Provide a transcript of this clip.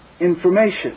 information